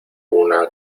una